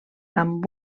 amb